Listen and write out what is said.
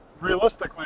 realistically